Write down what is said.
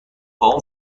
اون